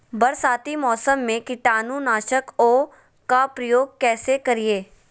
बरसाती मौसम में कीटाणु नाशक ओं का प्रयोग कैसे करिये?